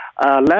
Last